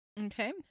Okay